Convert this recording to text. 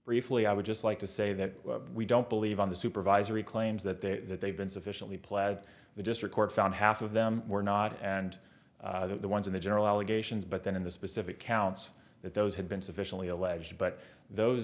briefly i would just like to say that we don't believe on the supervisory claims that they that they've been sufficiently plaid the district court found half of them were not and the ones in the general allegations but then in the specific counts that those had been sufficiently alleged but those